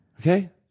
Okay